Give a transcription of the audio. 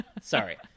sorry